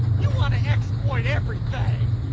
you wanna exploit everythang!